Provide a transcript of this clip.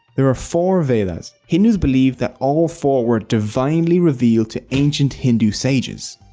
there are four vedas. hindus believe that all four were divinely revealed to ancient hindu sages.